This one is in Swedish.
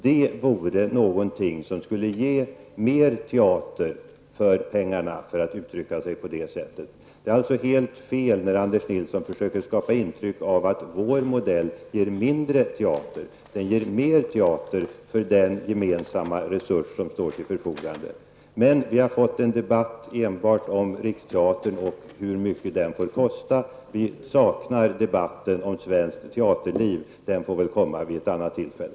Det vore någonting som skulle ge mer teater för pengarna, för att nu uttrycka sig på det sättet. Det är alltså helt fel när Anders Nilsson försöker skapa intryck av att vår modell skulle ge mindre teater. Den ger mer teater för den gemensamma resurs som står till förfogande. Nu har vi fått en debatt enbart om Riksteatern och hur mycket den får kosta. Vi saknar debatten om svenskt teaterliv. Den får vi ta vid något annat tillfälle.